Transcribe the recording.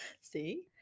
see